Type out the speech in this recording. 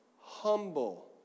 Humble